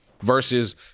versus